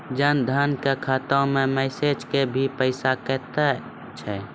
जन धन के खाता मैं मैसेज के भी पैसा कतो छ?